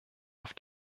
auf